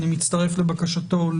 ואני מצטרף לבקשתו,